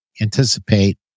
Anticipate